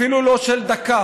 אפילו לא של דקה,